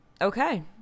Okay